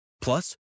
Plus